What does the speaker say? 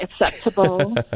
acceptable